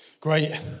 Great